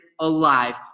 alive